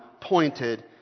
pointed